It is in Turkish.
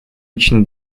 için